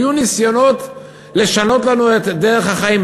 היו ניסיונות לשנות לנו את דרך החיים,